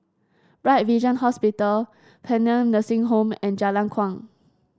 Bright Vision Hospital Paean Nursing Home and Jalan Kuang